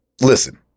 Listen